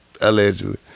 allegedly